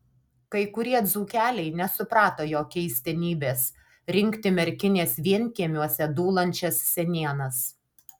kai kurie dzūkeliai nesuprato jo keistenybės rinkti merkinės vienkiemiuose dūlančias senienas